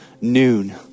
noon